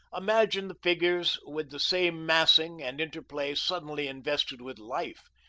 imagine the figures with the same massing and interplay suddenly invested with life,